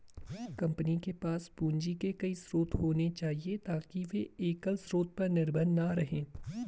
company के पास पूंजी के कई स्रोत होने चाहिए ताकि वे एकल स्रोत पर निर्भर न रहें